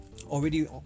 already